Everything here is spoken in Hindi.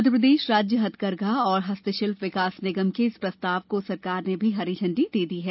मप्र राज्य हथकरघा और हस्तशिल्प विकास निगम के इस प्रस्ताव को सरकार ने भी हरी झंडी दे दी है